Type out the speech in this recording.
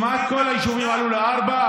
כמעט כל היישובים עלו ל-4.